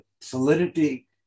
solidity